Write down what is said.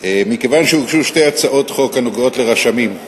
מכיוון שהוגשו שתי הצעות חוק הנוגעות לרשמים,